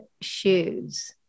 shoes